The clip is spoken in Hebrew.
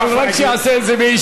כן, אבל רק שיעשה את זה בישיבה.